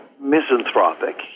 misanthropic